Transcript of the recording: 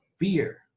Fear